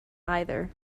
either